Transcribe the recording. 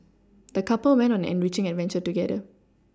the couple went on an enriching adventure together